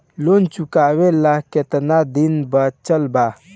Loan चुकावे ला कितना दिन बचल बा?